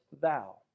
thou